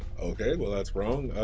okay, well that's wrong.